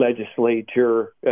legislature